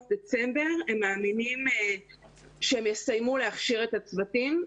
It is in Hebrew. דצמבר הם מאמינים שהם יסיימו להכשיר את הצוותים.